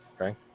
Okay